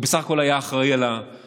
הוא בסך הכול היה אחראי על המשטרה,